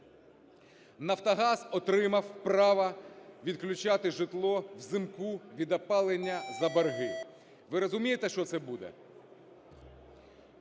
Нафтогаз отримав право відключати житло взимку від опалення за борги. Ви розумієте, що це буде?